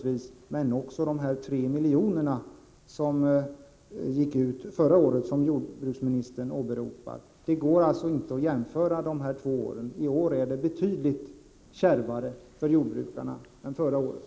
utan också mer än de 3 miljoner som betalades ut förra året och som jordbruksministern åberopar. Det går alltså inte att jämföra föregående år med detta år. I år är det betydligt kärvare för jordbrukarna än förra året.